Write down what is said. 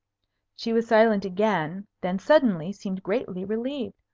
she was silent again then suddenly seemed greatly relieved.